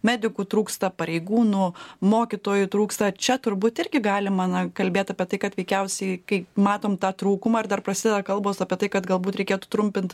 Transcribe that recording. medikų trūksta pareigūnų mokytojų trūksta čia turbūt irgi galima na kalbėt apie tai kad veikiausiai kai matom tą trūkumą ir dar prasideda kalbos apie tai kad galbūt reikėtų trumpint